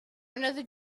another